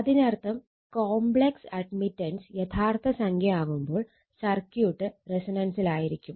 അതിനർത്ഥം complex admittance യഥാർത്ഥ സംഖ്യ ആവുമ്പോൾ സർക്യൂട്ട് റെസൊണനസിലായിരിക്കും